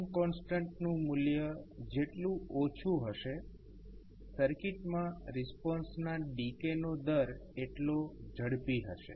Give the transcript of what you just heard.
time કોન્સ્ટન્ટનું મૂલ્ય જેટલું ઓછું હશે સર્કિટમાં રિસ્પોન્સના ડીકે નો દર એટલો ઝડપી હશે